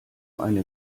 eine